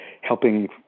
helping